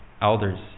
elders